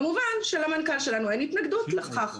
כמובן שלמנכ"ל שלנו אין התנגדות לכך.